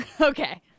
Okay